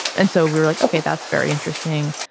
and so we're like ok. that's very interesting.